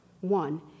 One